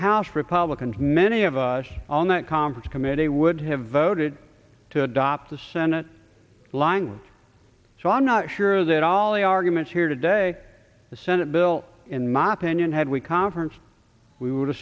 house republicans many of us on that conference committee would have voted to adopt the senate language so i'm not sure that all the arguments here today the senate bill in my opinion had we conference we would have